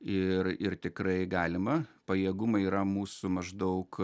ir ir tikrai galima pajėgumai yra mūsų maždaug